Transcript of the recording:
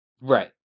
Right